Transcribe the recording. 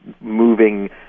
moving